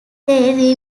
they